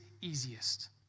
easiest